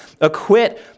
acquit